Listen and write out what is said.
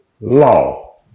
law